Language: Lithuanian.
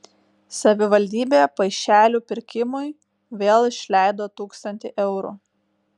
savivaldybė paišelių pirkimui vėl išleido tūkstantį eurų